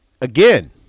again